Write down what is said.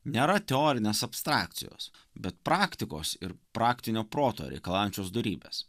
nėra teorinės abstrakcijos bet praktikos ir praktinio proto reikalaujančios dorybės